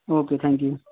okay thank you